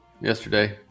yesterday